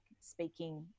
speaking